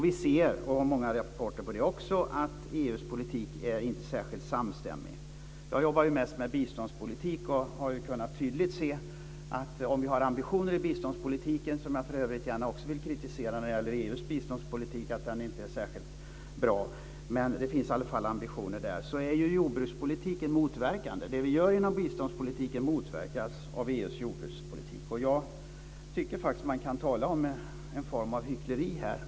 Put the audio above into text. Vi kan också se att EU:s politik inte är särskilt samstämmig. Jag jobbar mest med biståndspolitik och man kan tydligt se att när det gäller ambitionerna i biståndspolitiken - EU:s biståndspolitik kan för övrigt också kritiseras, den är inte särskilt bra - är jordbrukspolitiken motverkande. Det som görs inom biståndspolitiken motverkas av EU:s jordbrukspolitik. Jag tycker att man kan tala om en form av hyckleri här.